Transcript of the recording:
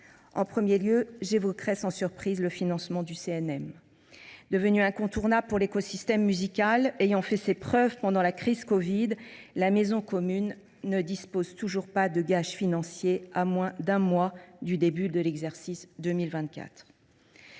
En premier lieu, j’évoquerai sans surprise le financement du CNM. Bien qu’elle soit devenue incontournable pour l’écosystème musical et qu’elle ait fait ses preuves pendant la crise covid, la maison commune ne dispose toujours pas de gages financiers à moins d’un mois du début de l’exercice 2024.